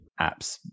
apps